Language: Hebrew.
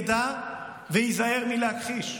ידע וייזהר מלהכחיש.